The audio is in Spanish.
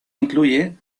incluye